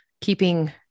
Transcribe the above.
keeping